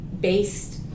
based